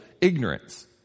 ignorance